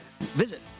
Visit